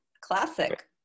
classic